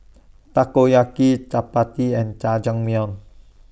Takoyaki Chapati and Jajangmyeon